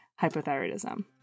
hypothyroidism